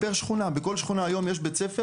גם אישית,